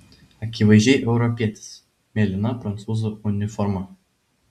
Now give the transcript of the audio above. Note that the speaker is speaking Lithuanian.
akivaizdžiai europietis mėlyna prancūzų uniforma